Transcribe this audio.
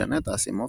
ג'נט אסימוב,